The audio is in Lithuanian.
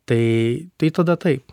tai tai tada taip